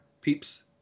peeps